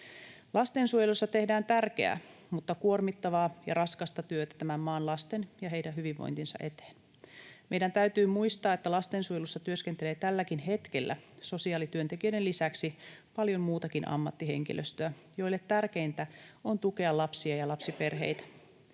Lastensuojelussa tehdään tärkeää mutta kuormittavaa ja raskasta työtä tämän maan lasten ja heidän hyvinvointinsa eteen. Meidän täytyy muistaa, että lastensuojelussa työskentelee tälläkin hetkellä sosiaalityöntekijöiden lisäksi paljon muutakin ammattihenkilöstöä, joille tärkeintä on tukea lapsia ja lapsiperheitä.